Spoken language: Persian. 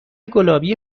گلابی